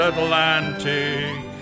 Atlantic